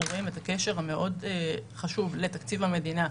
רואים את הקשר המאוד חשוב לתקציב המדינה,